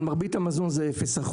על מרבית המזון זה 0%,